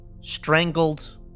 strangled